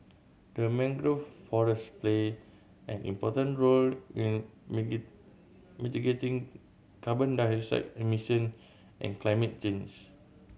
the mangrove forests play an important role in mitigating carbon dioxide emission and climate change